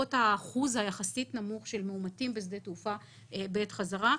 למרות האחוז היחסית נמוך של מאומתים בשדה תעופה בעת חזרה,